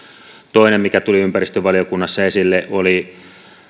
toinen asia mikä tuli ympäristövaliokunnassa esille oli